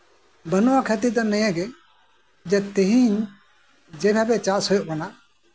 ᱵᱟᱹᱱᱩᱜᱼᱟ ᱠᱷᱟᱹᱛᱤᱨ ᱫᱚ ᱱᱤᱭᱟᱹᱜᱮ ᱡᱮ ᱛᱮᱦᱤᱧ ᱡᱮ ᱵᱷᱟᱵᱮ ᱪᱟᱥ ᱦᱩᱭᱩᱜ ᱠᱟᱱᱟ